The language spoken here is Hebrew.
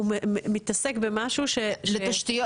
לתשתיות.